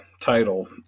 title